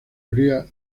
habría